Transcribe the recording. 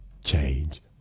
Change